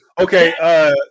Okay